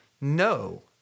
No